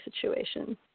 situation